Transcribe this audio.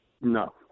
No